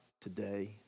today